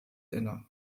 inne